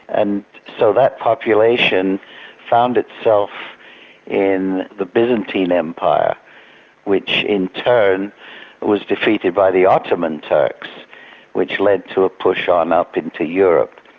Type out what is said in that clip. and so that population found itself in the byzantine empire which in turn was defeated by the ottoman turks which led to a push on up into europe.